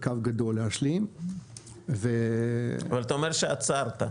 קו גדול להשלים ו- -- אבל אתה אומר שעצרת,